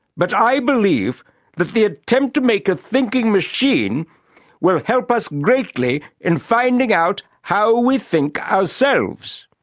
but i believe that the attempt to make a thinking machine will help us greatly in finding out how we think ourselves.